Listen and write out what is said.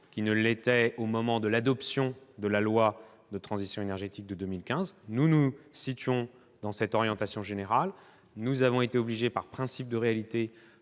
qu'il ne l'était lors de l'adoption de la loi de transition énergétique, en 2015. Nous nous situons dans cette orientation générale, mais nous avons été obligés, par principe de réalité,